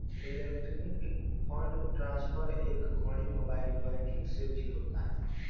electronic fund transfer ए घड़ी mobile banking से भी होता